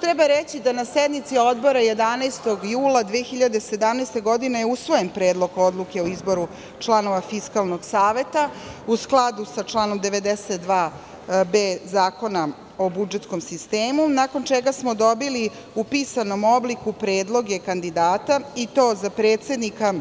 Treba reći da na sednici Odbora 11. jula 2017. godine je usvojen Predlog odluke o izboru članova Fiskalnog saveta u skladu sa članom 92b. Zakona o budžetskom sistemu, a nakon čega smo dobili u pisanom obliku predloge kandidata, i to za predsednika